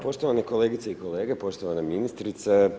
Poštovane kolegice i kolege, poštovana ministrice.